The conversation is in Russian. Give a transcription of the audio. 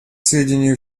сведению